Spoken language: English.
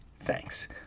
Thanks